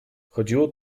chodziło